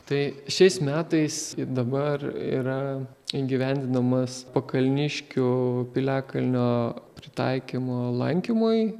tai šiais metais i dabar yra įgyvendinamas pakalniškių piliakalnio pritaikymo lankymui